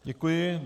Děkuji.